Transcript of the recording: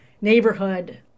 neighborhood